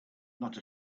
not